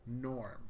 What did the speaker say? norm